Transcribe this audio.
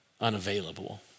unavailable